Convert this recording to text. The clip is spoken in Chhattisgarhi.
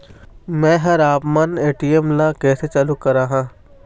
मैं हर आपमन ए.टी.एम ला कैसे चालू कराहां?